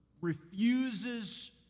refuses